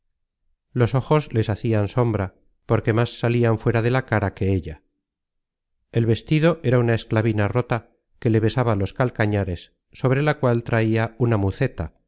los ojos les hacian sombra porque más salian fuera de la cara que ella el vestido era una esclavina rota que le besaba los calcañares sobre la cual traia una muceta